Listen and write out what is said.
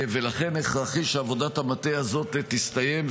ולכן הכרחי שעבודת המטה הזאת תסתיים.